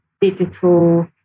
digital